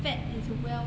fat is wealth